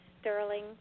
sterling